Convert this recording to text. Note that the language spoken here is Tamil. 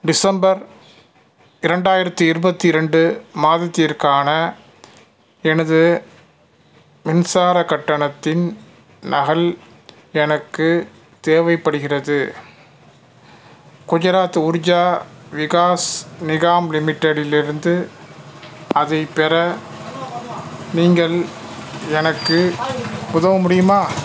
டிசம்பர் இரண்டாயிரத்தி இருபத்தி இரண்டு மாதத்திற்கான எனது மின்சார கட்டணத்தின் நகல் எனக்கு தேவைப்படுகிறது குஜராத் உர்ஜா விகாஸ் நிகாம் லிமிட்டெடிலிருந்து அதை பெற நீங்கள் எனக்கு உதவ முடியுமா